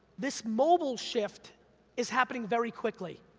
this mobile shift is happening very quickly,